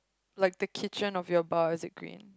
like the kitchen or your bar is it green